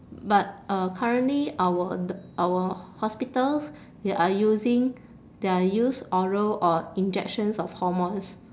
but uh currently our the our hospitals they are using they are use oral or injections of hormones